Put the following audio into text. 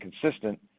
consistent